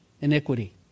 iniquity